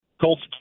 Colts